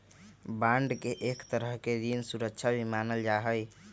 bond के एक तरह के ऋण सुरक्षा भी मानल जा हई